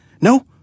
No